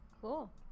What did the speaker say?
Cool